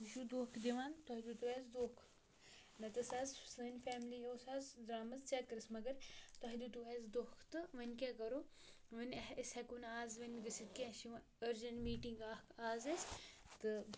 یہِ چھُ دھوکھ دِوان تۄہہِ دیُتو اَسہِ دھوکہٕ نَتہٕ ٲس حظ سٲنۍ فیملی اوس حظ درٛامٕژ چَکرَس مگر تۄہہِ دیُتو اَسہِ دھۄکھ تہٕ وَنۍ کیٛاہ کَرو وَنۍ أسۍ ہٮ۪کو نہٕ اَز وَنۍ گٔژھِتھ کینٛہہ اَسہِ چھِ وٕ أرجَنٛٹ میٖٹِنٛگ اَکھ آز اَسہِ تہٕ